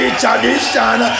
tradition